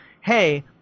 hey